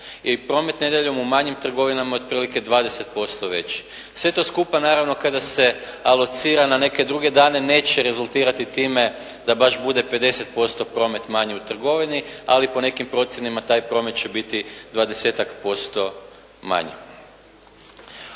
promet nedjeljom u manjim trgovinama otprilike 20% veći. Sve to skupa naravno kada se alocira na neke druge dane neće rezultirati time da baš bude 50% promet manji u trgovini, ali po nekim procjenama taj promet će biti 20-tak% manji.